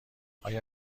آیا